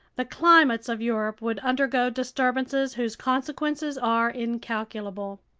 the climates of europe would undergo disturbances whose consequences are incalculable.